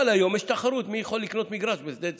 אבל היום יש תחרות מי יכול לקנות מגרש בשדה צבי.